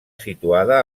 situada